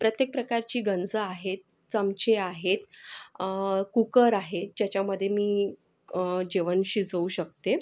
प्रत्येक प्रकारची गंज आहेत चमचे आहेत कुकर आहे ज्याच्यामध्ये मी जेवण शिजवू शकते